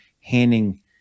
handing